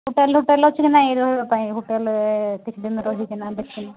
hotel hotel ଅଛି ନା ନାଇଁ ରହିବା ପାଇଁ ହୋଟେଲ କିଛି ଦିନ ରହିକି ନା ଦେଖ